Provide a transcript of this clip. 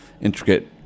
intricate